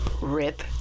Rip